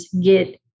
get